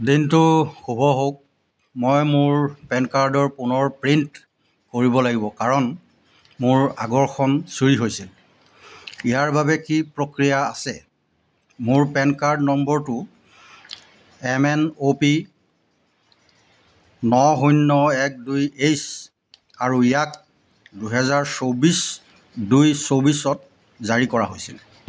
দিনটো শুভ হওক মই মোৰ পেন কাৰ্ডৰ পুনৰ প্ৰিণ্ট কৰিব লাগিব কাৰণ মোৰ আগৰখন চুৰি হৈছিল ইয়াৰ বাবে কি প্ৰক্ৰিয়া আছে মোৰ পেন কাৰ্ড নম্বৰটো এমএনঅ'পি ন শূন্য এক দুই এইচ আৰু ইয়াক দুহেজাৰ চৌব্বিছ দুই চৌব্বিছত জাৰী কৰা হৈছিল